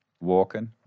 walking